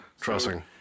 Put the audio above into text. Trussing